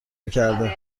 میکرده